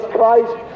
Christ